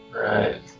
Right